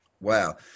Wow